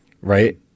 right